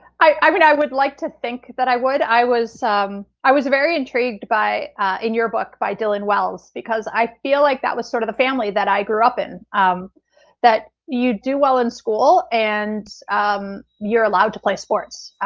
i would i would like to think i would. i was um i was very intrigued by in your book by dylan wells, because i feel like that was sort of the family that i grew up in um that you do well in school and um you're allowed to play sports.